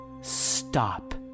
stop